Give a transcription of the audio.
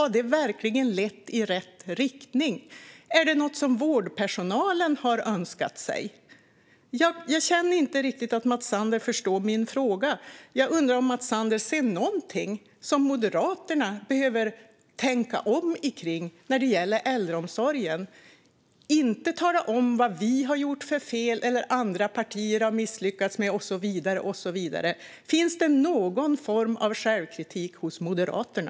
Har det verkligen lett i rätt riktning? Är det något som vårdpersonalen har önskat sig? Jag känner inte riktigt att Mats Sander förstår min fråga. Jag undrar om Mats Sander ser någonting som Moderaterna behöver tänka om kring när det gäller äldreomsorgen i stället för att tala om vad vi har gjort för fel eller vad andra partier har misslyckats med och så vidare. Finns det någon form av självkritik hos Moderaterna?